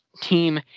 team